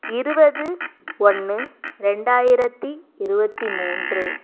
இருபது ஒன்று ரெண்டாயிரத்தி இருபத்தி மூன்று